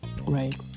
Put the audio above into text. right